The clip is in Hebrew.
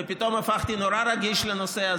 ופתאום הפכתי נורא רגיש לנושא,